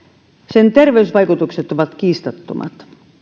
sen terveysvaikutukset ovat kiistattomat